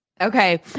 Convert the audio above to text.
Okay